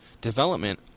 development